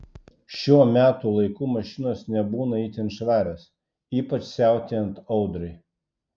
šiuo metų laiku mašinos nebūna itin švarios ypač siautėjant audrai